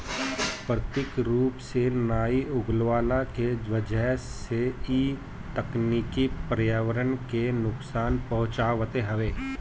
प्राकृतिक रूप से नाइ उगवला के वजह से इ तकनीकी पर्यावरण के नुकसान पहुँचावत हवे